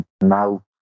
now